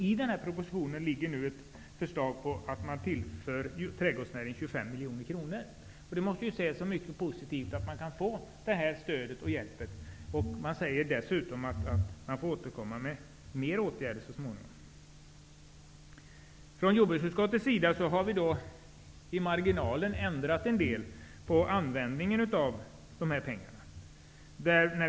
I propositionen föreslås nu att man skall tillföra trädgårdsnäringen 25 miljoner kronor. Det måste ses som mycket positivt att näringen kan få det här stödet och den här hjälpen. Det sägs dessutom att man skall återkomma med flera åtgärder så småningom. Jordbruksutskottet har ändrat en del i marginalen på förslaget till användning av pengarna.